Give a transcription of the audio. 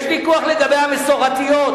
יש ויכוח לגבי המסורתיות.